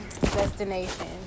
destination